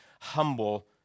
humble